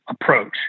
approach